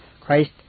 Christ